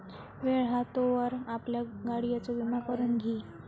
वेळ हा तोवर आपल्या गाडियेचो विमा करून घी